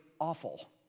awful